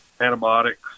antibiotics